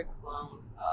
clones